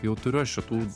jau turiu aš čia tų